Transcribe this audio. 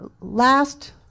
last